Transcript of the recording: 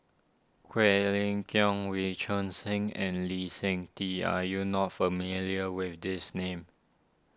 Quek Ling Kiong Wee Choon Seng and Lee Seng Tee are you not familiar with these names